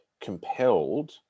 compelled